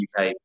UK